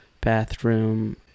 bathroom